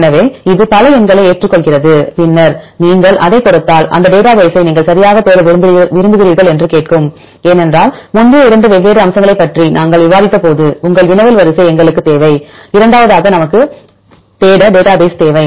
எனவே இது பல எண்களை ஏற்றுக்கொள்கிறது பின்னர் நீங்கள் அதைக் கொடுத்தால் எந்த டேட்டா பேசை நீங்கள் சரியாகத் தேட விரும்புகிறீர்கள் என்று கேட்கும் ஏனென்றால் முந்தைய 2 வெவ்வேறு அம்சங்களைப் பற்றி நாங்கள் விவாதித்தபோது உங்கள் வினவல் வரிசை எங்களுக்குத் தேவை இரண்டாவதாக நமக்குத் தேட டேட்டாபேஸ் தேவை